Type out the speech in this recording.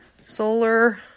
solar